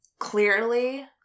Clearly